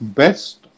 best